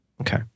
Okay